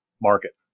market